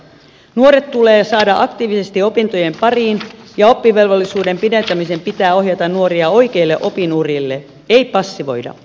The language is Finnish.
nuoret tulee saada aktiivisesti opintojen pariin ja oppivelvollisuuden pidentämisen pitää ohjata nuoria oikeille opin urille ei passivoida